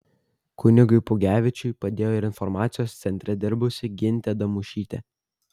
kunigui pugevičiui padėjo ir informacijos centre dirbusi gintė damušytė